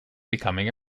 becoming